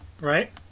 Right